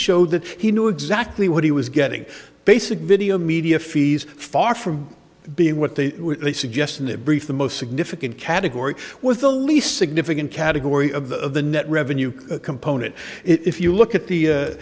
show that he knew exactly what he was getting basic video media fees far from being what they were suggesting that brief the most significant category was the least significant category of the net revenue component if you look at the